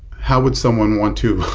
how would someone want to